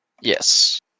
Yes